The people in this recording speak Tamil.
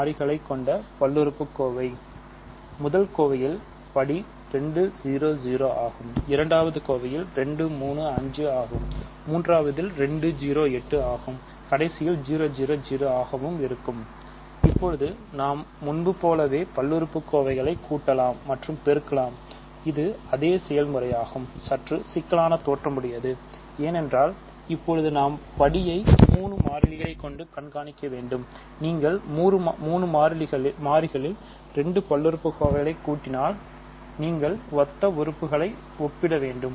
மாறிகளில் 2 பல்லுறுப்புக்கோவைகளைச் கூட்டினால் நீங்கள் ஒத்த உறுப்புகளை ஒப்பிட வேண்டும்